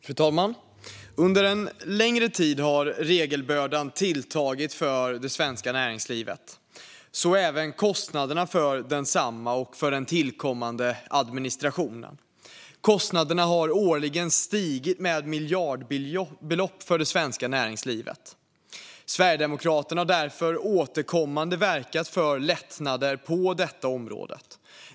Fru talman! Under en längre tid har regelbördan tilltagit för det svenska näringslivet, så även kostnaderna för densamma och för den tillkommande administrationen. Kostnaderna har årligen stigit med miljardbelopp för det svenska näringslivet. Sverigedemokraterna har därför återkommande verkat för lättnader på detta område.